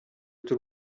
tout